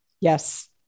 Yes